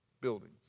buildings